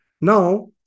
Now